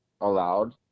allowed